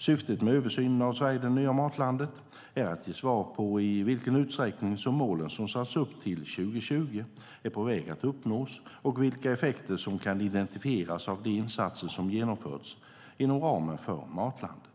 Syftet med översynen av "Sverige - det nya matlandet" är att ge svar på i vilken utsträckning som målen som satts upp till 2020 är på väg att uppnås och vilka effekter som kan identifieras av de insatser som genomförts inom ramen för Matlandet.